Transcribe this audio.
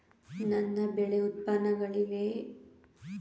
ನನ್ನ ಬೆಳೆ ಉತ್ಪನ್ನಗಳಿಗೆ ಮಾರುಕಟ್ಟೆ ದರ ನಿಗದಿಯಿಂದ ಶೇಕಡಾ ಎಷ್ಟು ಲಾಭ ಸಿಗುತ್ತದೆ?